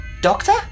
Doctor